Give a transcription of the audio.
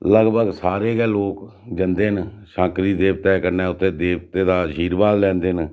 लगभग सारे गै लोक जंदे न शैंकरी देवता कन्नै उत्थें देवते दा आर्शीवाद लैंदे न